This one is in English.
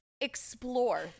explore